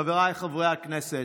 חבריי חברי הכנסת,